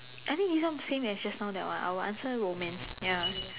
I think this one same as just now that one I will answer romance ya